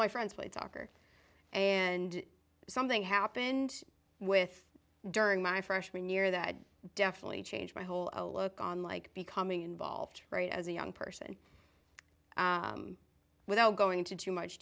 my friends played soccer and something happened with during my freshman year that definitely changed my whole outlook on like becoming involved right as a young person without going into too much